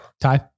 Ty